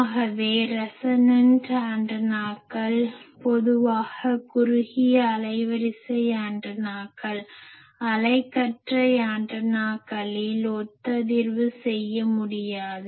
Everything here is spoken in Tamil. ஆகவே ரெஸனன்ட் ஒத்ததிர்வு ஆண்டனாக்கள் பொதுவாக குறுகிய அலைவரிசை ஆண்டனாக்கள் அகலக்கற்றை ஆண்டனாக்களில் ஒத்ததிர்வு செய்ய முடியாது